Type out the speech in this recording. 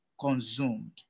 consumed